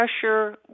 pressure